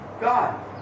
God